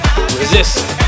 resist